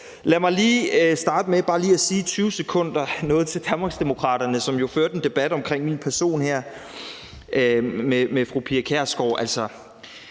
Lad mig lige starte med kort at sige noget til Danmarksdemokraterne, som jo førte en debat her omkring min person med fru Pia Kjærsgaard,